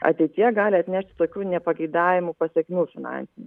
ateityje gali atnešt tokių nepageidaujamų pasekmių finansinių